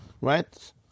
right